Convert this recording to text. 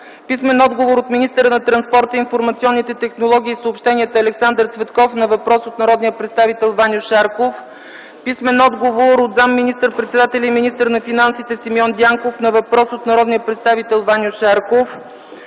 писмен отговор от министъра на транспорта, информационните технологии и съобщенията Александър Цветков на въпрос от народния представител Ваньо Шарков; - писмен отговор от заместник министър-председателя и министър на финансите Симеон Дянков на въпрос от народния представител Ваньо Шарков;